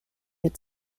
had